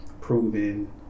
proven